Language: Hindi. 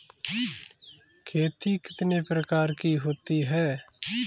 खेती कितने प्रकार की होती है?